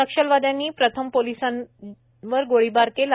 नक्षलवादयांनी प्रथम पोलीस जवानांवर गोळीबार केला